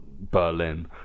Berlin